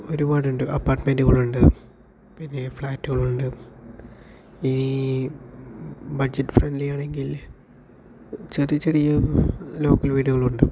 ഒരുപാടുണ്ട് അപ്പാർട്ട്മെന്റുകൾ ഉണ്ട് പിന്നെ ഫ്ലാറ്റുകൾ ഉണ്ട് ഈ ബഡ്ജറ്റ് ഫ്രണ്ട്ലി ആണെങ്കിൽ ചെറിയ ചെറിയ ലോക്കൽ വീടുകളുണ്ട്